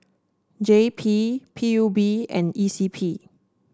J P P U B and E C P